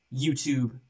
YouTube